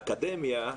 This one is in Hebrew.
יגיעו לאקדמיה,